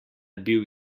bil